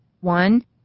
One